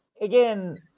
Again